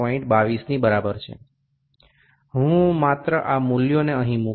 22ની બરાબર છે હું માત્ર આ મૂલ્યોને અહીં મુકીશ